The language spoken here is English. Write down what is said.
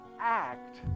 act